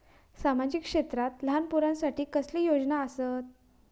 सामाजिक क्षेत्रांत लहान पोरानसाठी कसले योजना आसत?